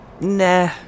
Nah